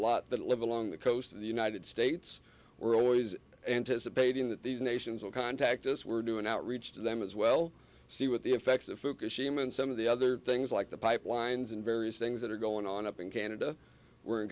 lot that live along the coast of the united states we're always anticipating that these nations will contact us we're doing outreach to them as well see what the effects of fukushima and some of the other things like the pipelines and various things that are going on up in canada we're in